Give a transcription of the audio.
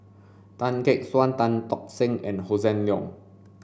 Tan Gek Suan Tan Tock Seng and Hossan Leong